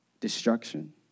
destruction